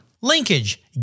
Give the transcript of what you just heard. Linkage